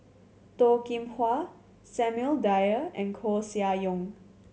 Toh Kim Hwa Samuel Dyer and Koeh Sia Yong